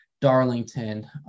Darlington